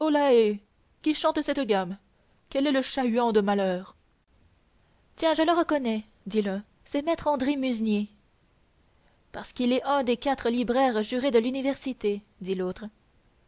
qui chante cette gamme quel est le chat-huant de malheur tiens je le reconnais dit l'un c'est maître andry musnier parce qu'il est un des quatre libraires jurés de l'université dit l'autre